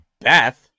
Beth